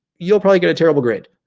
you'll probably get a terrible grade.